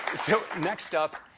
so, next up,